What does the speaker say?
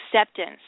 acceptance